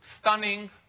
stunning